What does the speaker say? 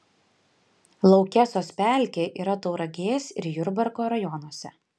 laukesos pelkė yra tauragės ir jurbarko rajonuose